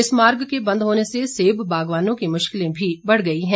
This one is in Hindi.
इस मार्ग के बंद होने से सेब बागवानों की मुश्किलें भी बढ़ गई हैं